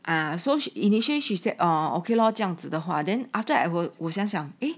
um so she initially she said oh okay lor 这样子的话 then after I 和我想想 eh